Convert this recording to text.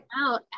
out